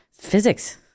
Physics